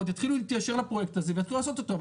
יתחילו להתיישר לפרויקט הזה ויתחילו לבצע אותו.